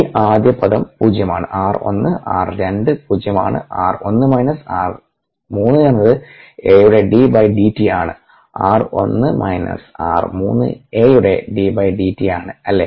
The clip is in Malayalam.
ഈ ആദ്യ പദം പൂജ്യമാണ് r 1 r 2 പൂജ്യമാണ് r 1 മൈനസ് r 3 എന്നത് A യുടെ d d t ആണ് r 1 മൈനസ് r 3 A യുടെ d d t ആണ് അല്ലേ